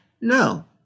No